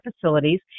facilities